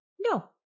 No